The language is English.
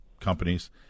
companies